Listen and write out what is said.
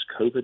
COVID